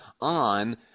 on